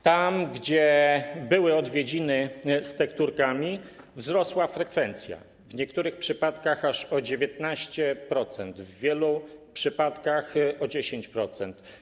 Tam gdzie były odwiedziny z tekturkami, wzrosła frekwencja, w niektórych przypadkach aż o 19%, w wielu przypadkach o 10%.